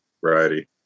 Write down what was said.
variety